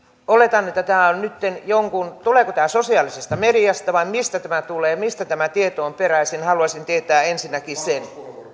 oletan että tämä on nytten jonkun tuleeko tämä sosiaalisesta mediasta vai mistä tämä tulee mistä tämä tieto on peräisin haluaisin tietää ensinnäkin sen